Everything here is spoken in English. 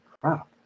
crap